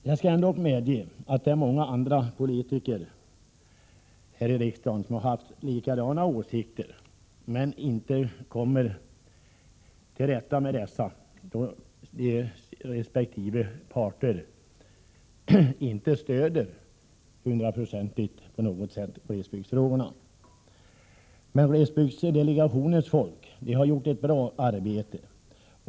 Jag skall ändå medge att många andra politiker här i riksdagen haft samma åsikter men inte kunnat få gehör för dem i sina partier, då dessa inte hundraprocentigt stöder glesbygden. Glesbygdsdelegationens folk har gjort ett bra arbete.